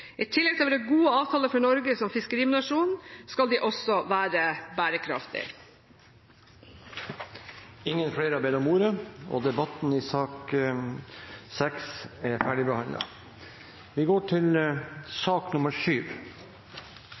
i tillegg til å være gode avtaler for Norge som fiskerinasjon skal de også være bærekraftige. Flere har ikke bedt om ordet til sak